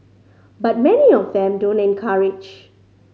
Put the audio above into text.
but many of them don't encourage